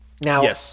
Now